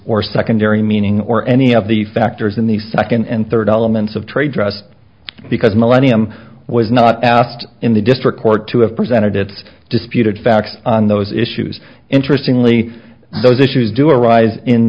or secondary meaning or any of the factors in the second and third elements of trade dress because millennium was not asked in the district court to have presented its disputed fact on those issues interestingly those issues do arise in